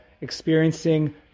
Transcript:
experiencing